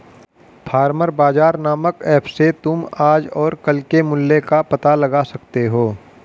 farmer बाजार नामक app से तुम आज और कल के मूल्य का पता लगा सकते हो